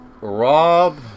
Rob